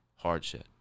hardship